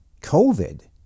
COVID